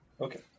okay